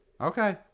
Okay